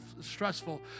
stressful